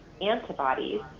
antibodies